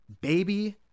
baby